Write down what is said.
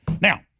Now